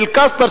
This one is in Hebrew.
מאל-קסטל,